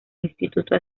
instituto